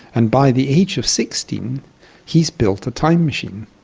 and by the age of sixteen he has built a time machine.